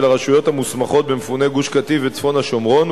הרשויות המוסמכות במפוני גוש-קטיף וצפון השומרון,